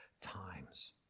times